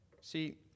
See